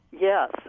Yes